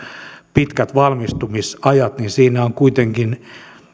pitkät valmistumisajat niin siinä on kuitenkin